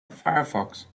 firefox